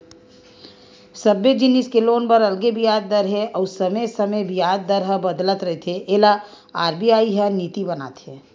सबे जिनिस के लोन बर अलगे बियाज दर हे अउ समे समे बियाज दर ह बदलत रहिथे एला आर.बी.आई ह नीति बनाथे